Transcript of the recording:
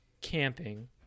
camping